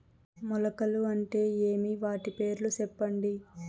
మొలకలు అంటే ఏమి? వాటి పేర్లు సెప్పండి?